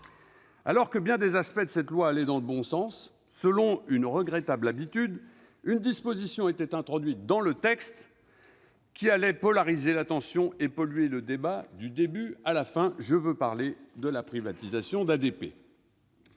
Alors que bien des aspects de ce projet allaient dans le bon sens, selon une regrettable habitude, une disposition introduite dans le texte allait polariser l'attention et polluer le débat du début à la fin ... Je veux parler de la privatisation d'ADP.